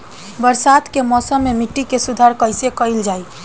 बरसात के मौसम में मिट्टी के सुधार कईसे कईल जाई?